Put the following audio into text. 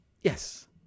Yes